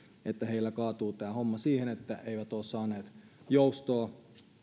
että heillä kaatuu tämä homma siihen että eivät ole saaneet joustoa